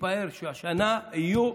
והתפאר שהשנה יהיו,